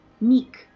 meek